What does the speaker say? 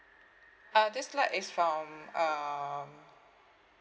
uh this flight is from um